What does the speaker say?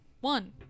One